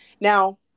Now